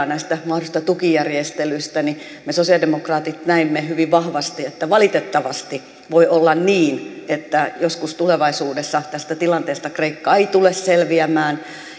näistä mahdollisista tukijärjestelyistä niin me sosialidemokraatit näimme hyvin vahvasti että valitettavasti voi olla niin että joskus tulevaisuudessa tästä tilanteesta kreikka ei tule selviämään